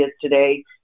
today